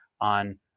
on